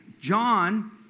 John